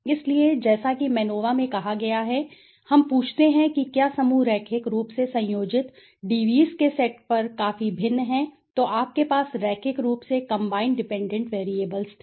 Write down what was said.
इसलिए जैसा कि मैनोवा में कहा गया है हम पूछते हैं कि क्या समूह रैखिक रूप से संयोजित DVs के सेट पर काफी भिन्न हैं तो आपके पास रैखिक रूप से कंबाइंड डिपेंडेंट वैरिएबल्स थे